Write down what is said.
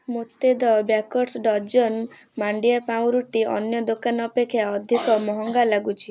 ମୋତେ the baker's dozen ମାଣ୍ଡିଆ ପାଉଁରୁଟି ଅନ୍ୟ ଦୋକାନ ଅପେକ୍ଷା ଅଧିକ ମହଙ୍ଗା ଲାଗୁଛି